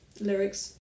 lyrics